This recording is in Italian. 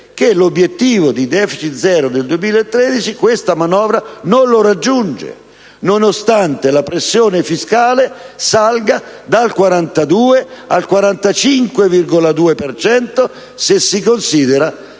che l'obiettivo di *deficit* zero nel 2013 questa manovra non lo raggiungerà, nonostante peraltro la pressione fiscale salga dal 42 al 45,2 per cento, se si considera